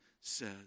says